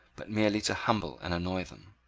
but merely to humble and annoy them.